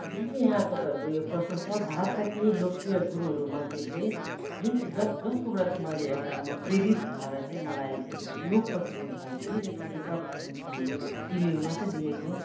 जुनै चाहिँ यहाँ तपाईँहरूको यो प्रश्न छ भारतका केही लोकप्रिय गुरुहरू मध्ये चाहिँ जुन चाहिँ जसकोबाट चाहिँ म मैले एउटा म प्रेरित भएर चाहिँ मलाई योगपट्टि म ढल्के त्यसमा चाहिँ सर्वप्रथम त हामी टिभीमा मात्रै देखेको